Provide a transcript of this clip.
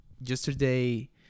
Yesterday